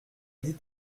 dit